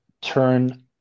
turn